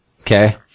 Okay